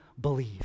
believe